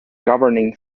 governing